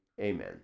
Amen